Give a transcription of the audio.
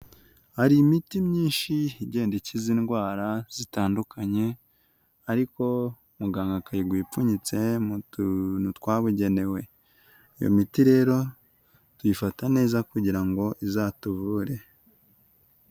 Hari imiti myinshi igenda ikiza indwara zitandukanye ariko muganga akayiguha ipfunyitse mu tuntu twabugenewe, iyo miti rero tuyifata neza kugira ngo izatuvure.